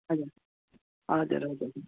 हजुर हजुर हजुर